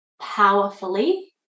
powerfully